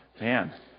man